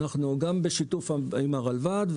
אנחנו בשיתוף פעולה עם הרלב"ד,